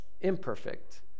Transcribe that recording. imperfect